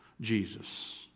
Jesus